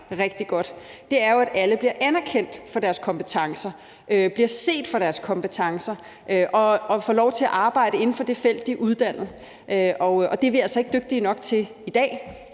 rigtig godt, er jo, at alle bliver anerkendt for deres kompetencer, bliver set for deres kompetencer og får lov til at arbejde inden for det felt, de er uddannet på. Og det er vi altså ikke dygtige nok til i dag,